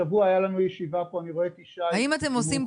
השבוע הייתה לנו ישיבה --- האם אתם עושים